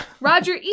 Roger